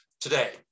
today